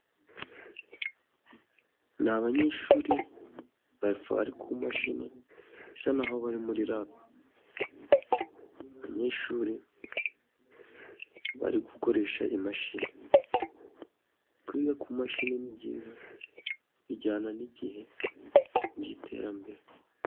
Ni abanyeshuri bari ku mashini bisa n'aho bari muri lab, abanyeshuri bari gukoresha imashini. Kwiga ku mashini byiza, bijyana n'igihe cy'iterambere.